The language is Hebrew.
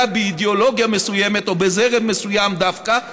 באידיאולוגיה מסוימת או בזרם מסוים דווקא,